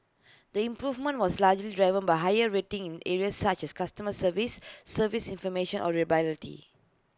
the improvement was largely driven by higher ratings in areas such as customer service service information or reliability